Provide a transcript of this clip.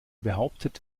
behauptet